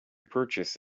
purchase